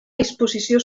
disposició